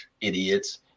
idiots